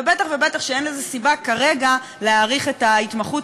ובטח ובטח שאין סיבה כרגע להאריך את ההתמחות